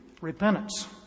Repentance